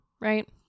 right